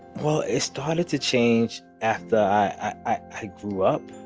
well, it started to change after i grew up.